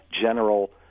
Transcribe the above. general